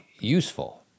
useful